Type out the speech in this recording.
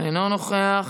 אינו נוכח.